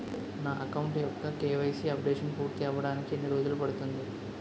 నా అకౌంట్ యెక్క KYC updation పూర్తి అవ్వడానికి ఎన్ని రోజులు పడుతుంది?